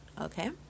Okay